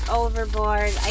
overboard